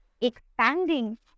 expanding